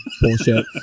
bullshit